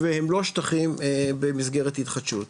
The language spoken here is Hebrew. והם לא שטחים במסגרת התחדשות,